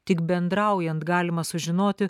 tik bendraujant galima sužinoti